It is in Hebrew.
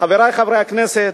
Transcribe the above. חברי חברי הכנסת,